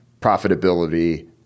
profitability